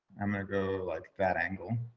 i'm gonna go like that angle.